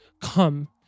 Come